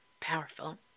powerful